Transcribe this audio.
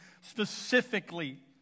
specifically